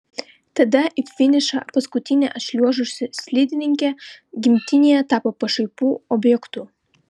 tada į finišą paskutinė atšliuožusi slidininkė gimtinėje tapo pašaipų objektu